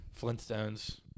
Flintstones